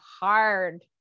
hard